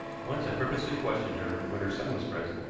once i purposely questioned her when her son was present,